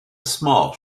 small